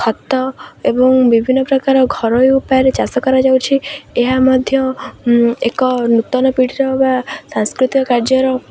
ଖତ ଏବଂ ବିଭିନ୍ନ ପ୍ରକାର ଘରୋଇ ଉପାୟରେ ଚାଷ କରାଯାଉଛି ଏହା ମଧ୍ୟ ଏକ ନୂତନ ପିଢ଼ିର ବା ସାଂସ୍କୃତିକ କାର୍ଯ୍ୟର